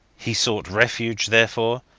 he sought refuge, therefore,